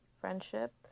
friendship